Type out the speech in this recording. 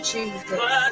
Jesus